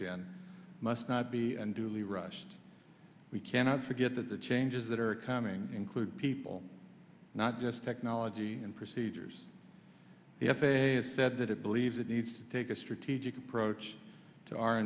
gen must not be unduly rushed we cannot forget that the changes that are coming include people not just technology and procedures the f a a has said that it believes it needs to take a strategic approach to our